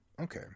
Okay